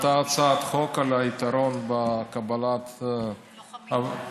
לאותה הצעת חוק על היתרון בקבלה, לוחמים.